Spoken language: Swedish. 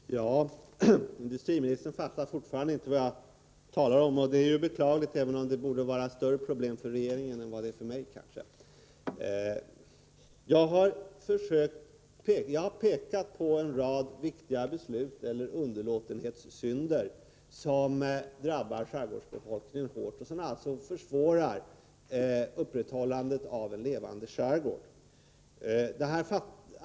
Herr talman! Industriministern fattar fortfarande inte vad jag talar om, och det är ju beklagligt med tanke på att det borde vara ett större problem för regeringen än för mig. Jag har pekat på en rad viktiga beslut och underlåtenhetssynder som drabbar skärgårdsbefolkningen hårt och som alltså försvårar upprätthållandet av en levande skärgård.